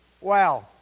Wow